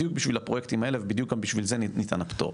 בדיוק בשביל הפרויקטים האלה ובדיוק בשביל זה ניתן הפטור,